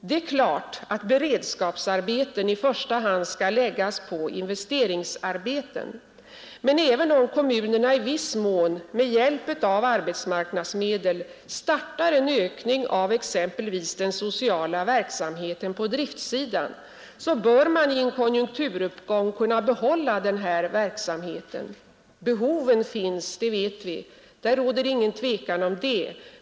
Det är klart att beredskapsarbeten i första hand skall läggas på investeringsarbeten, men även om kommunerna i viss mån med hjälp av arbetsmarknadsmedel startar en ökning på driftsidan av exempelvis den sociala verksamheten bör man i en konjunkturuppgång kunna behålla denna verksamhet. Behoven finns. Därom råder ingen tvekan.